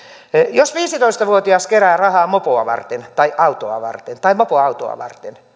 jos viisitoista vuotias kerää rahaa mopoa varten tai autoa varten tai mopoautoa varten